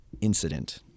incident